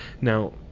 Now